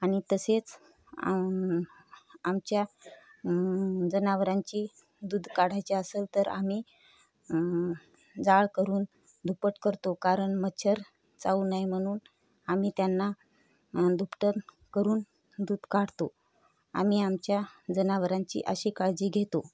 आणि तसेच आमच्या जनावरांची दूध काढायची असेल तर आम्ही जाळ करून दुपट करतो कारण मच्छर चाऊ नये म्हनून आमी त्यांना दुपटन करून दूध काढतो आम्ही आमच्या जनावरांची अशी काळजी घेतो